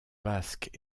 basques